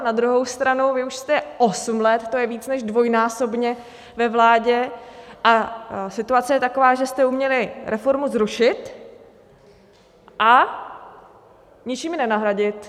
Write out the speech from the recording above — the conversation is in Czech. Na druhou stranu vy už jste osm let to je více než dvojnásobně ve vládě a situace je taková, že jste uměli reformu zrušit a ničím ji nenahradit.